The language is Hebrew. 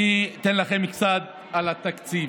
אני אתן לכם קצת על התקציב: